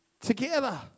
together